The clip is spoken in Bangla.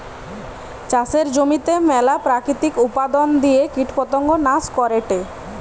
চাষের জমিতে মেলা প্রাকৃতিক উপাদন দিয়ে কীটপতঙ্গ নাশ করেটে